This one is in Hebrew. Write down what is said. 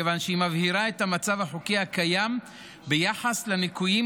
מכיוון שהיא מבהירה את המצב החוקי הקיים ביחס לניכויים